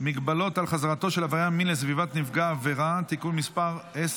הפצת שידורים באמצעות תחנות שידור ספרתיות (תיקון מס' 7)